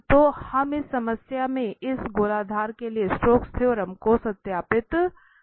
तो हम इस समस्या में इस गोलार्ध के लिए स्टोक्स थ्योरम को सत्यापित करें